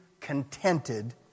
contented